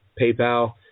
PayPal